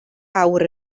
awr